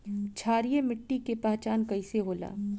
क्षारीय मिट्टी के पहचान कईसे होला?